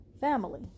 family